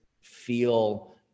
feel